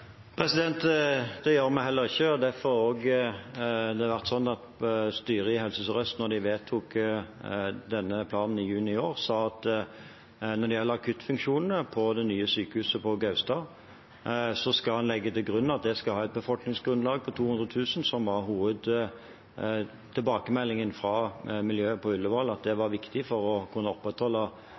Det gjør vi heller ikke, og derfor har det også vært slik at da styret i Helse Sør-Øst vedtok denne planen i juni i år, sa de at når det gjelder akuttfunksjonene på det nye sykehuset på Gaustad, skal en legge til grunn at det skal ha et befolkningsgrunnlag på 200 000, som var hovedtilbakemeldingen fra miljøet på Ullevål om hva som var viktig for å kunne opprettholde